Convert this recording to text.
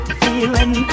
feeling